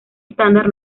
estándar